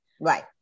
Right